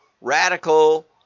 radical